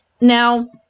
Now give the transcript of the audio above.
Now